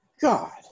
god